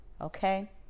okay